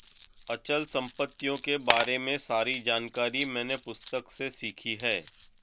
अचल संपत्तियों के बारे में सारी जानकारी मैंने पुस्तक से सीखी है